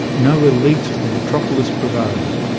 no elite or metropolis prevailed,